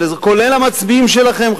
כולל המצביעים שלכם,